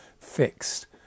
fixed